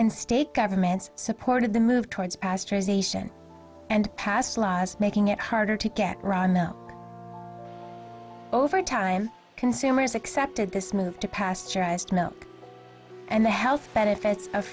and state governments supported the move towards pasteurization and passed laws making it harder to get run over time consumers accepted this move to pasteurized milk and the health benefits of